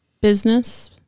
business